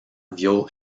vio